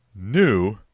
new